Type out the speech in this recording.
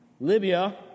Libya